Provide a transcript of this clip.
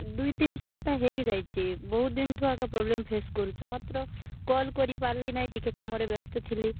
ଦୁଇ ତିନି ସପ୍ତାହ ହେଇ ଯାଇଛି ବହୁତ ଦିନ୍ଠୁ ଆଗ ପ୍ରୋବ୍ଲେମ ଫେସ୍ କରୁଛୁ ମାତ୍ର କଲ୍ କରିପାର୍ଲି ନାହିଁ ଟିକେ କାମରେ ବ୍ୟସ୍ତ ଥିଲି